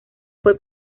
fue